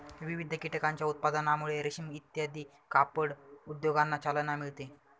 विविध कीटकांच्या उत्पादनामुळे रेशीम इत्यादी कापड उद्योगांना चालना मिळते